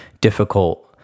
difficult